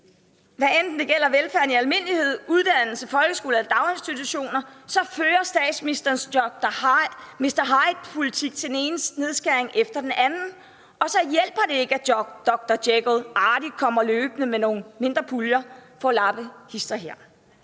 hvad enten det gælder velfærden i almindelighed, uddannelse, folkeskole eller daginstitutioner, at statsministerens Mr. Hyde-politik fører til den ene nedskæring efter den anden, og så hjælper det ikke, at Dr. Jekyll artigt kommer løbende med nogle mindre puljer for at lappe hist og her.